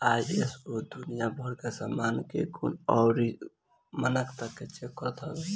ISO दुनिया भर के सामान के गुण अउरी मानकता के चेक करत हवे